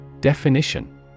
Definition